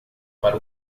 para